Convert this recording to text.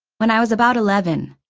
when i was about eleven,